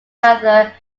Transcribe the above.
rather